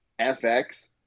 FX